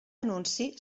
anunci